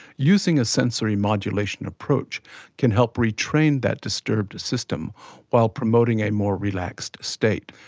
using a sensory modulation approach can help re-train that disturbed system while promoting a more relaxed state.